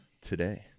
today